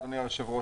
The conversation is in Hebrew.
אדוני היושב-ראש,